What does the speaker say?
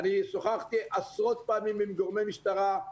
אני שוחחתי עשרות פעמים עם גורמי משטרה,